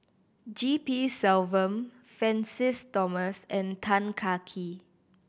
G P Selvam Francis Thomas and Tan Kah Kee